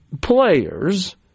players